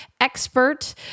expert